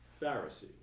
Pharisee